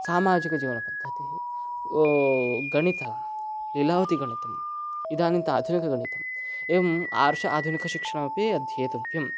सामाजिकजीवनपद्धतिः वो गणितं लीलावतीगणितम् इदानीं तु आधुनिकगणितम् एवम् आर्ष आधुनिकशिक्षणमपि अध्येतव्यं